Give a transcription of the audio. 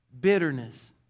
bitterness